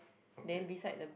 okay